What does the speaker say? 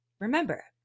remember